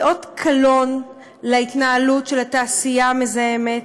זה אות קלון להתנהלות של התעשייה המזהמת,